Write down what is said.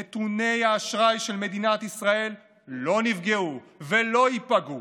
נתוני האשראי של מדינת ישראל לא נפגעו ולא ייפגעו,